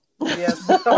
Yes